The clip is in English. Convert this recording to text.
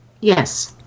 yes